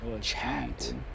chat